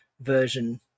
version